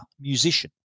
musician